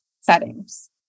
settings